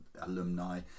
alumni